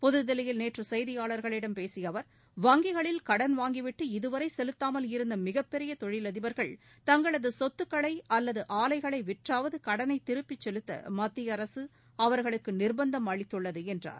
புதுதில்லியில் நேற்று செய்தியாளர்களிடம் பேசிய அவர் வங்கிகளில் கடன் வாங்கிவிட்டு இதுவரை செலுத்தாமல் இருந்த மிகப்பெரிய தொழிலதிபர்கள் தங்களது சொத்துக்களை அல்லது அஆலைகளை விற்றாவது கடனை திருப்பிச் செலுத்த மத்திய அரசு அவர்களுக்க நிர்பந்தம் அளித்துள்ளது என்றார்